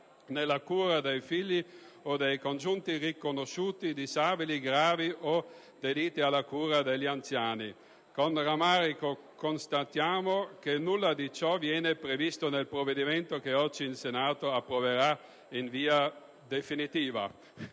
nella cura dei figli o dei congiunti riconosciuti disabili gravi o dedite alla cura degli anziani. Con rammarico constatiamo che nulla di ciò viene previsto nel provvedimento che oggi il Senato approverà in via definitiva.